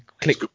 click